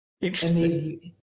Interesting